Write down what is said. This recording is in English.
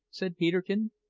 said peterkin,